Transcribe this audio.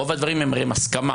רוב הדברים הם הרי עם הסכמה.